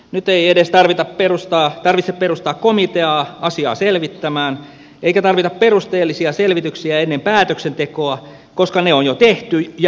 nyt ei edes tarvitse perustaa komiteaa asiaa selvittämään eikä tarvita perusteellisia selvityksiä ennen päätöksentekoa koska ne on jo tehty ja johtopäätökset on jo vedetty